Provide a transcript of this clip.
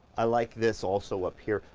i like this also up here.